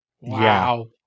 Wow